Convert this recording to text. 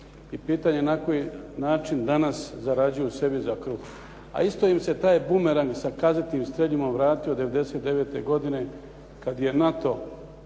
i pitanje je na koji način danas zarađuju sebi za kruh. A isto im se taj bumerang sa kazetnim streljivom vratio '99. godine kad je NATO